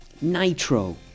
Nitro